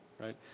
right